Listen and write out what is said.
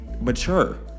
mature